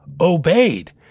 obeyed